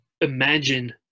imagine